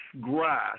grass